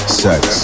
sex